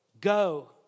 Go